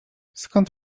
skąd